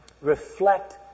reflect